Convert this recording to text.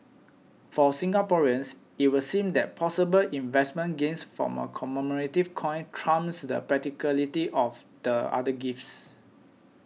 for Singaporeans it would seem that possible investment gains from a commemorative coin trumps the practicality of the other gifts